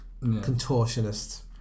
contortionist